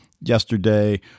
yesterday